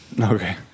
Okay